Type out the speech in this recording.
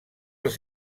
els